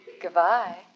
Goodbye